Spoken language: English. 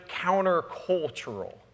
countercultural